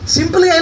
Simply